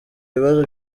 ibibazo